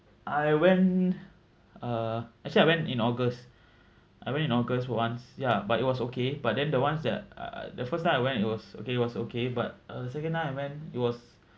I went uh actually I went in august I went in august once ya but it was okay but then the ones that uh the first time I went it was okay it was okay but uh the second time I went it was